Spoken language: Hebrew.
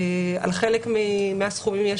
לגבי חלק מהסכומים יש